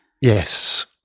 Yes